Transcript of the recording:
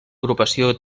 agrupació